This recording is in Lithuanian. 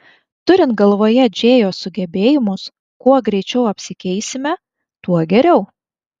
turint galvoje džėjos sugebėjimus kuo greičiau apsikeisime tuo geriau